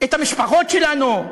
את המשפחות שלנו,